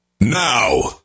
NOW